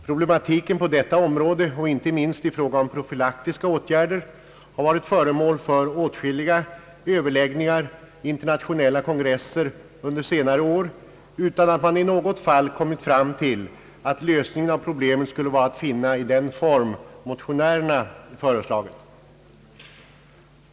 Problematiken på detta område och inte minst i fråga om profylaktiska åtgärder har varit föremål för åtskilliga internationella kongresser under senare år, utan att man i något fall kommit fram till att lösningen av problemet skulle vara att finna i den form motionärerna föreslagit.